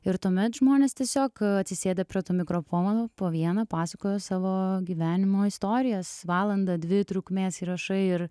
ir tuomet žmonės tiesiog atsisėdę prie tų mikrofonų po vieną pasakojo savo gyvenimo istorijas valandą dvi trukmės įrašai ir